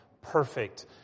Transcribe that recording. perfect